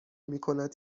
میکند